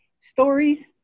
stories